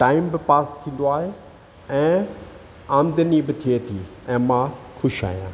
time बि पास थींदो आहे ऐं आमदनी बि थिए थी ऐं मां ख़ुशि आहियां